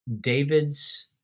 David's